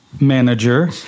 Manager